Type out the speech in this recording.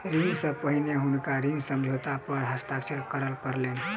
ऋण सॅ पहिने हुनका ऋण समझौता पर हस्ताक्षर करअ पड़लैन